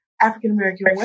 African-American